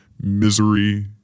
misery